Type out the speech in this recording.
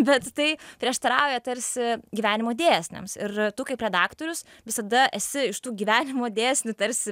bet tai prieštarauja tarsi gyvenimo dėsniams ir tu kaip redaktorius visada esi iš tų gyvenimo dėsnių tarsi